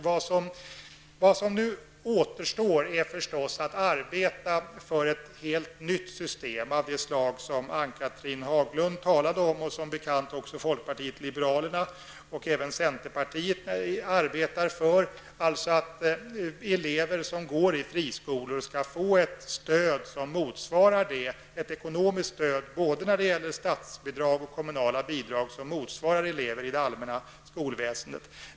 Vad som nu återstår är förstås att arbeta för ett helt nytt system av det slag som Ann-Cathrine Haglund talade om och som även folkpartiet liberalerna och centerpartiet arbetar för, dvs. att elever som går i friskolor skall få ett ekonomiskt stöd i form av både statsbidrag och kommunala bidrag som motsvarar det stöd som ges till eleverna i det allmänna skolväsendet.